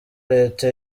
reta